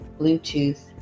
Bluetooth